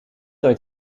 ooit